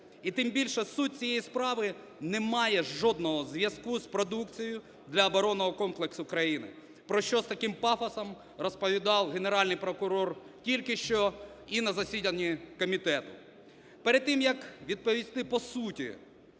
І, тим більше, суть цієї справи не має жодного зв'язку із продукцією для оборонного комплексу країни, про що з таким пафосом розповідав Генеральний прокурор тільки що і на засіданні комітету. Перед тим, як відповісти по суті